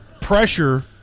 pressure